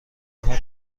آنها